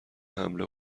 حمله